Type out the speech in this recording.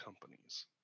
companies